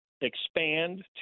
expand